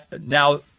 now